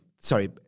Sorry